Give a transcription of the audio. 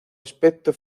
aspecto